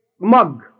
mug